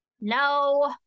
no